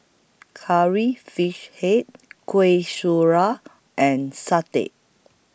Curry Fish Head Kueh Syara and Satay